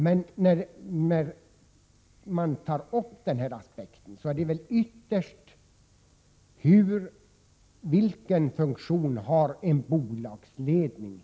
När man tar upp denna aspekt, är det väl ytterst en fråga om vilken funktion som en bolagsledning har.